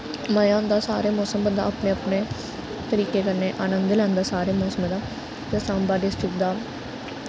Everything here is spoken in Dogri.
मजा होंदा सारे मौसम बंदा अपने अपने तरीके कन्नै आनंद लैंदा सारे मौसमें दा ते साम्बा डिस्ट्रिक दा